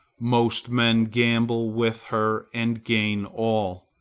most men gamble with her, and gain all,